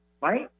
right